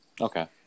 Okay